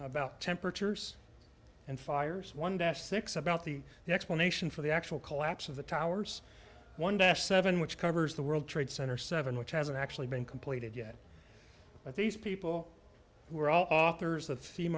about temperatures and fires one dash six about the explanation for the actual collapse of the towers one dash seven which covers the world trade center seven which hasn't actually been completed yet but these people were all authors th